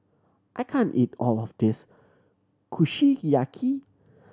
I can't eat all of this Kushiyaki